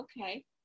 okay